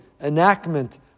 enactment